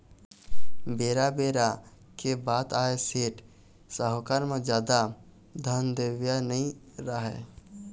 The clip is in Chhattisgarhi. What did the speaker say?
बेरा बेरा के बात आय सेठ, साहूकार म जादा धन देवइया नइ राहय